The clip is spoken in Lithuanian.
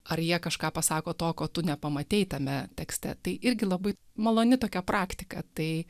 ar jie kažką pasako to ko tu nepamatei tame tekste tai irgi labai maloni tokia praktika tai